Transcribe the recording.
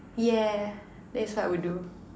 yeah that is what I would do